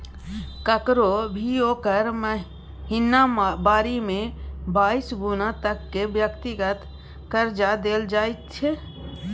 ककरो भी ओकर महिनावारी से बाइस गुना तक के व्यक्तिगत कर्जा देल जाइत छै